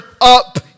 up